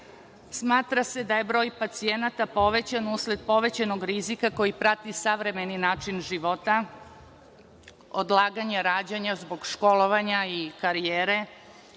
Smatra se da je broj pacijenata povećan usled povećanog rizika koji prati savremeni način života, odlaganje rađanja zbog školovanja i karijere,